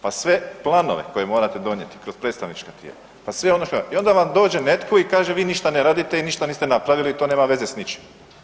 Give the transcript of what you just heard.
Pa sve planove koje morate donijeti kroz predstavnička tijela, pa ... i onda vam dođe netko i kaže vi ništa ne radite i ništa niste napravili, to nema veze s ničim.